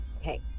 Hey